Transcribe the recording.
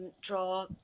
draw